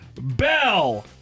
bell